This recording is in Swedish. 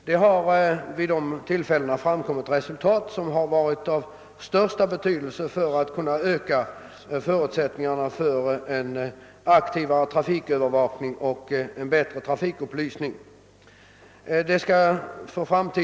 Det har vid dessa tillfällen framkommit resultat som varit av stor betydelse när det gällt att skapa förutsättningar för en aktivare trafikövervakning och en bättre trafikupplysning.